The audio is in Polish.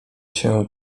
się